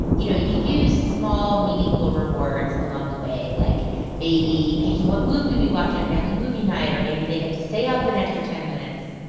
you know, you use small, meaningful rewards along the way, like maybe picking what movie we watch on family movie night or maybe they get to stay up an extra ten minutes